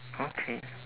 okay